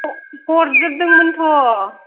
हरजोबदोंमोन थ'